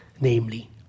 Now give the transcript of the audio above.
Namely